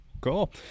Cool